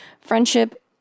friendship